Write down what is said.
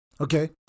okay